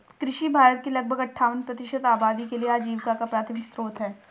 कृषि भारत की लगभग अट्ठावन प्रतिशत आबादी के लिए आजीविका का प्राथमिक स्रोत है